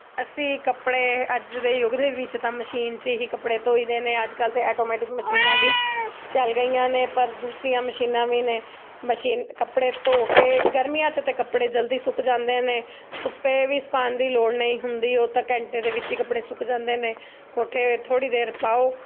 ਅਸੀਂ ਕੱਪੜੇ ਅੱਜ ਦੇ ਯੁੱਗ ਦੇ ਵਿੱਚ ਤਾਂ ਮਸ਼ੀਨ 'ਚ ਹੀ ਕੱਪੜੇ ਧੋਈ ਦੇ ਨੇ ਅੱਜ ਕੱਲ੍ਹ ਤਾਂ ਆਟੋਮੈਟਿਕ ਮਸ਼ੀਨਾਂ ਵੀ ਚੱਲ ਗਈਆਂ ਨੇ ਪਰ ਦੂਸਰੀਆਂ ਮਸ਼ੀਨਾਂ ਵੀ ਨੇ ਮਸ਼ੀਨ ਕੱਪੜੇ ਧੋ ਕੇ ਗਰਮੀਆਂ 'ਚ ਤਾਂ ਕੱਪੜੇ ਜਲਦੀ ਸੁੱਕ ਜਾਂਦੇ ਨੇ ਧੁੱਪੇ ਵੀ ਸੁਕਾਉਣ ਦੀ ਲੋੜ ਨਹੀਂ ਹੁੰਦੀ ਹੁੰਦੀ ਉਹ ਤਾਂ ਘੰਟੇ ਦੇ ਵਿੱਚ ਕੱਪੜੇ ਸੁੱਕ ਜਾਂਦੇ ਨੇ ਕੋਠੇ ਥੋੜ੍ਹੀ ਦੇਰ ਪਾਓ